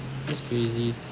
that's crazy